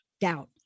Doubt